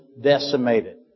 decimated